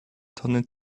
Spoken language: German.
tonnen